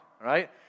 right